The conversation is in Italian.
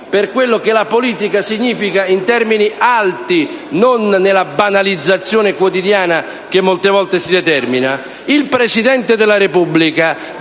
per quello che la politica significa in termini alti, non nella banalizzazione quotidiana che molte volte si determina. Il Presidente della Repubblica,